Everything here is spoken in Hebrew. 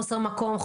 חוסר מקום,